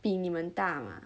比你们大吗